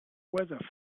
weather